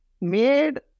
made